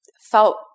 felt